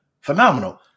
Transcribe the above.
phenomenal